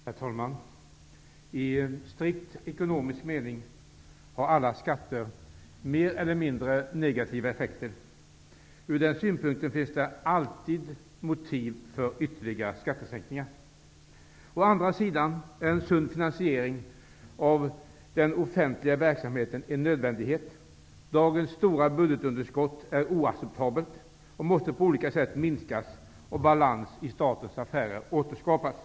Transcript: Herr talman! I strikt ekonomisk mening har alla skatter mer eller mindre negativa effekter. Ur den synpunkten finns det alltid motiv för ytterligare skattesänkningar. Å andra sidan är en sund finansiering av den offentliga verksamheten en nödvändighet. Dagens stora budgetunderskott är oacceptabelt och måste på olika sätt minskas och balans i statens affärer återskapas.